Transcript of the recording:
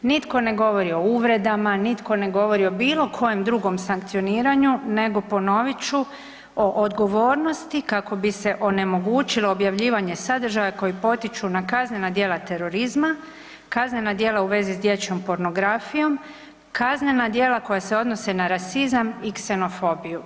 Nitko ne govori o uvredama, nitko ne govori o bilo kojem drugom sankcioniranju, nego ponovit ću o odgovornosti kako bi se onemogućilo objavljivanje sadržaja koji potiču na kaznena djela terorizma, kaznena djela u vezi s dječjom pornografijom, kaznena djela koja se odnose na rasizam i ksenofobiju.